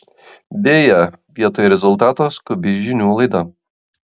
deja vietoj rezultato skubi žinių laida